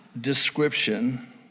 description